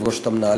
לפגוש את המנהלים,